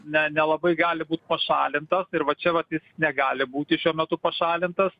ne nelabai gali būt pašalintas ir va čia vat jis negali būti šiuo metu pašalintas